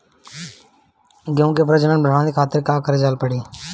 गेहूं के प्रजनन बढ़ावे खातिर का करे के पड़ी?